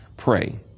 Pray